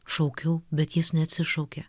šaukiau bet jis neatsišaukė